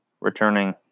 returning